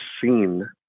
seen